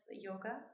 yoga